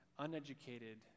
Uneducated